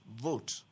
vote